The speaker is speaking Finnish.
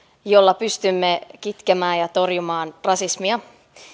jolla pystymme kitkemään ja torjumaan rasismia